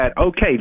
Okay